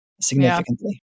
significantly